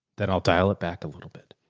then i'll dial it back a little bit.